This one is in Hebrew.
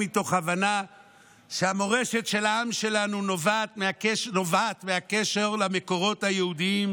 מתוך הבנה שהמורשת של העם שלנו נובעת מהקשר למקורות היהודיים,